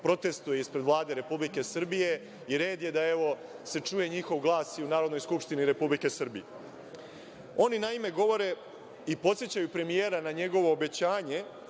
protestuje ispred Vlade Republike Srbije. Red je da se, evo, čuje njihov glas i u Narodnoj skupštini Republike Srbije. Naime, oni govore i podsećaju premijera na njegovo obećanje